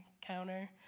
counter